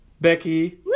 Becky